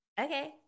okay